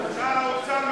שר האוצר,